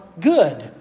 good